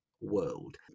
world